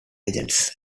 agents